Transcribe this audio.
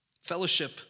fellowship